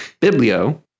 biblio